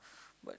but